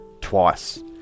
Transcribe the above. twice